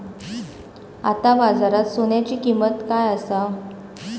आता बाजारात सोन्याची किंमत काय असा?